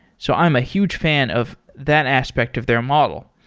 so i'm a huge fan of that aspect of their model.